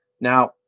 Now